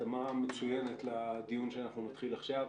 הקדמה מצוינת לדיון שאנחנו נתחיל עכשיו.